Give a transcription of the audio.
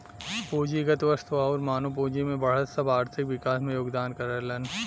पूंजीगत वस्तु आउर मानव पूंजी में बढ़त सब आर्थिक विकास में योगदान करलन